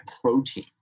protein